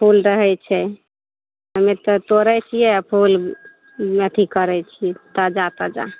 फुल रहै छै हमे तऽ तोड़ै छियै आ फुल आ अथी करै छी ताजा ताजा